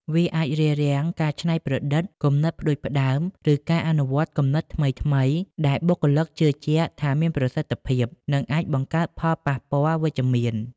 វាអាចរារាំងការច្នៃប្រឌិត គំនិតផ្តួចផ្តើម ឬការអនុវត្តគំនិតថ្មីៗដែលបុគ្គលិកជឿជាក់ថាមានប្រសិទ្ធភាព និងអាចបង្កើតផលប៉ះពាល់វិជ្ជមាន។